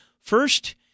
First